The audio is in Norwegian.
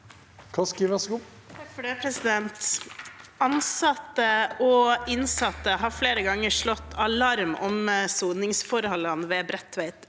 og innsatte har flere ganger slått alarm om soningsforholdene ved Bredtveit